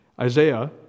Isaiah